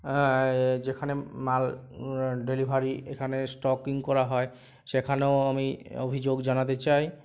যেখানে মাল ডেলিভেরি এখানে স্টকিং করা হয় সেখানেও আমি অভিযোগ জানাতে চাই